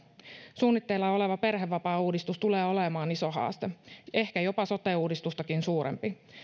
suunnitteilla oleva perhevapaauudistus tulee olemaan iso haaste ehkä jopa sote uudistustakin suurempi